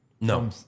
No